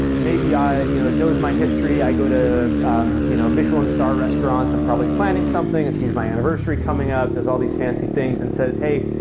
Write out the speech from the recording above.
maybe you know it knows my history, i go to um you know michelin star restaurants, i'm probably planning something, i see my anniversary coming up, there's all these fancy things and says, hey,